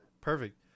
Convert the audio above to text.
Perfect